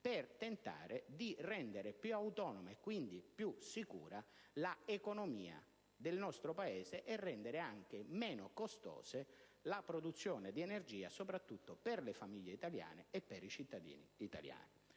per tentare di rendere più autonoma e quindi più sicura l'economia del nostro Paese e anche rendere meno costosa la produzione di energia, soprattutto per le famiglie italiane e per i cittadini italiani.